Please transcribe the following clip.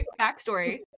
backstory